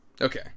Okay